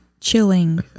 chilling